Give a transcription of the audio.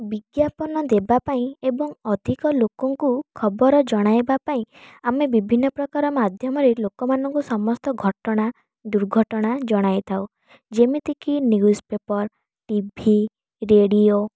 ବିଜ୍ଞାପନ ଦେବାପାଇଁ ଏବଂ ଅଧିକ ଲୋକଙ୍କୁ ଖବର ଜଣାଇବା ପାଇଁ ଆମେ ବିଭିନ୍ନ ପ୍ରକାର ମାଧ୍ୟମରେ ଲୋକମାନଙ୍କୁ ସମସ୍ତ ଘଟଣା ଦୁର୍ଘଟଣା ଜଣାଇଥାଉ ଯେମିତି କି ନ୍ୟୁଜ୍ ପେପର୍ ଟିଭି ରେଡ଼ିଓ